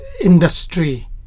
industry